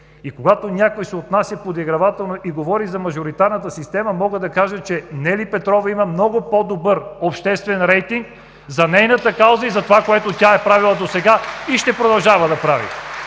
И когато някой се отнася подигравателно и говори за мажоритарната система, мога да кажа, че Нели Петрова има много по-добър обществен рейтинг за нейната кауза и затова, което тя е правила досега и ще продължава да прави.